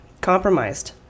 compromised